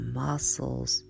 muscles